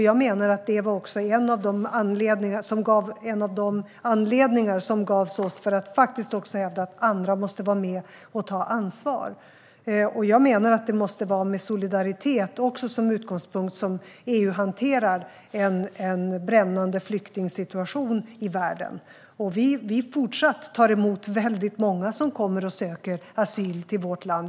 Jag menar att det också var en av de anledningar som gavs oss att hävda att andra måste vara med och ta ansvar. Jag menar att EU måste hantera den brännande flyktingsituationen i världen med solidaritet som utgångspunkt. Vi tar fortsatt emot väldigt många som kommer och söker asyl i vårt land.